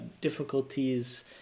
difficulties